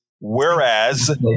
Whereas